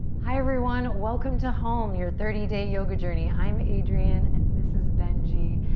hi, everyone. welcome to home, your thirty day yoga journey. i'm adriene, and this is benji,